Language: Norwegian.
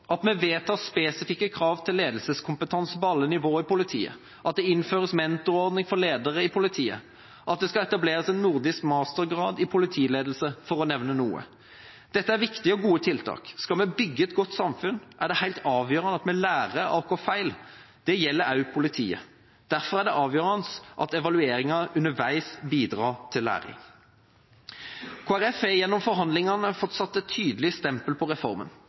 at vi vedtar spesifikke krav til ledelseskompetanse på alle nivå i politiet, at det innføres mentorordning for ledere i politiet, at det skal etableres en nordisk mastergrad i politiledelse – for å nevne noe. Dette er viktige og gode tiltak. Skal vi bygge et godt samfunn, er det helt avgjørende at vi lærer av våre feil – det gjelder også politiet. Derfor er det avgjørende at evalueringen underveis bidrar til læring. Kristelig Folkeparti har gjennom forhandlingene fått satt et tydelig stempel på reformen.